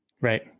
Right